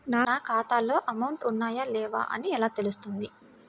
నా ఖాతాలో అమౌంట్ ఉన్నాయా లేవా అని ఎలా తెలుస్తుంది?